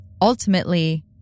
Ultimately